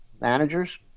managers